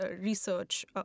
research